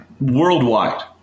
worldwide